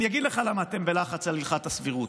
אני אגיד לך למה אתם בלחץ על הלכת הסבירות.